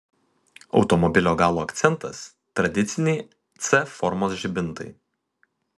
automobilio galo akcentas tradiciniai c formos žibintai